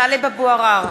טלב אבו עראר,